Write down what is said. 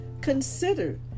Consider